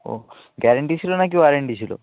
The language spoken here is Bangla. ও গ্যারেন্টি ছিলো না কি ওয়ারেন্টি ছিলো